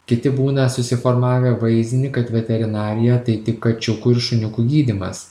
kiti būna susiformavę vaizdinį kad veterinarija tai tik kačiukų ir šuniukų gydymas